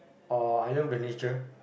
oh I love the nature